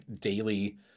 daily